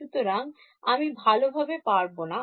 সুতরাং আমি ভালোভাবে পারবোনা